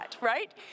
right